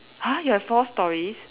!huh! you have more stories